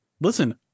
listen